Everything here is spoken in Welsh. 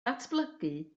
datblygu